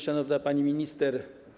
Szanowna Pani Minister!